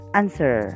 answer